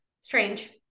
Strange